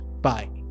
Bye